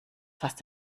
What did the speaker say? fast